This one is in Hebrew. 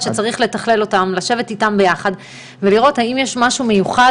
וחלק גדול מהתוכנית יחד עם איגוד